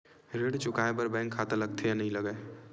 ऋण चुकाए बार बैंक खाता लगथे या नहीं लगाए?